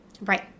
Right